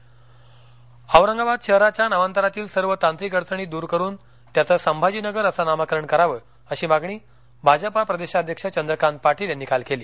चंद्रकांत पाटील औरंगाबाद शहराच्या नामांतरातील सर्व तांत्रिक अडचणी दूर करुन त्याचं संभाजीनगर असं नामकरण करावं अशी मागणी भाजपा प्रदेशाध्यक्ष चंद्रकांत पाटील यांनी काल केली